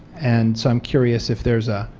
and so i'm curious if there is a,